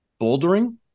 bouldering